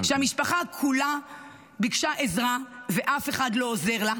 -- שהמשפחה כולה ביקשה עזרה, ואף אחד לא עוזר לה.